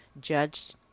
judged